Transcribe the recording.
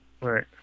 Right